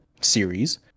series